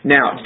Now